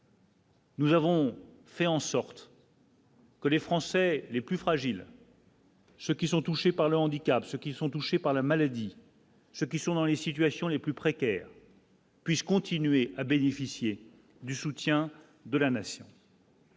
Nous avons fait en sorte. Que les Français les plus fragiles. Ceux qui sont touchés par le handicap, ceux qui sont touchés par la maladie. Ceux qui sont dans les situations les plus précaires. Puisse continuer à bénéficier du soutien de la nation.